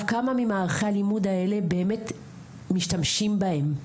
כמה ממערכי הלימוד האלה באמת משתמשים בהם,